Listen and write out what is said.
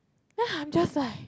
then I'm just like